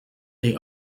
they